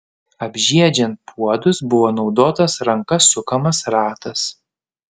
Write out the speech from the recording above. apžiedžiant puodus buvo naudotas ranka sukamas ratas